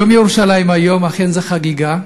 יום ירושלים היום, ואכן זה חגיגה,